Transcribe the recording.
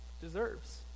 deserves